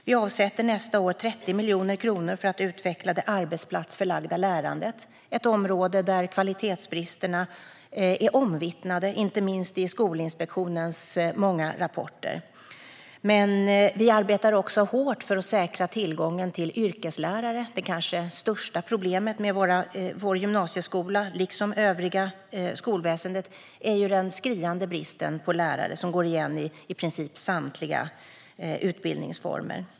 Vi avsätter nästa år 30 miljoner kronor för att utveckla det arbetsplatsförlagda lärandet, ett område där kvalitetsbristerna är omvittnade, inte minst i Skolinspektionens många rapporter. Vi arbetar också hårt för att säkra tillgången på yrkeslärare, vilket kanske är det största problemet i vår gymnasieskola liksom i övriga skolor. Det finns en skriande brist på lärare, och den går igen i princip samtliga utbildningsformer.